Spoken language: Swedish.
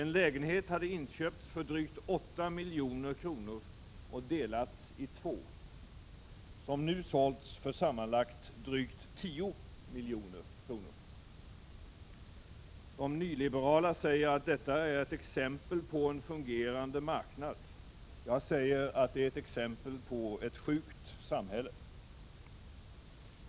En lägenhet hade inköpts för drygt 8 milj.kr. och delats i två lägenheter, som nu sålts för sammanlagt drygt 10 milj.kr. De nyliberala säger att detta är ett exempel på en fungerande marknad. Jag säger att det är ett exempel på ett sjukt samhälle.